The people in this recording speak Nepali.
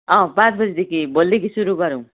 अँ पाँच बजीदेखि भोलिदेखि सुरु गरौँ